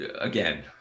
again